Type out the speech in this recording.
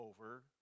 over